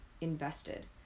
invested